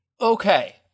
Okay